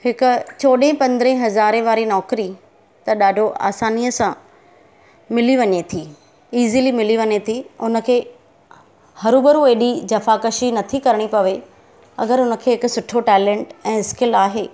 हिक चौॾहें पंदिरहं हज़ारे वारी नौकरी त ॾाढो आसानीअ सां मिली वञे थी इज़ीली मिली वञे थी उनखे हरूभरू हेॾी जफ़ाकशी नथी करिणी पवे अगरि हुनखे हिक सुठो टेलेंट ऐं स्किल आहे